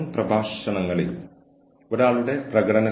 സാഹചര്യങ്ങളോട് അമിതമായി പ്രതികരിക്കരുത്